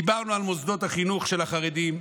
דיברנו על מוסדות החינוך של החרדים,